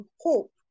hope